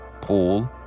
Paul